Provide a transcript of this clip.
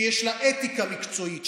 שיש לה אתיקה מקצועית,